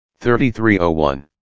3301